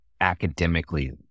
academically